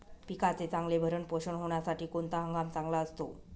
पिकाचे चांगले भरण पोषण होण्यासाठी कोणता हंगाम चांगला असतो?